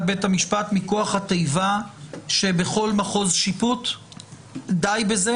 בית המשפט מכוח התיבה שבכל מחוז שיפוט די בזה?